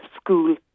school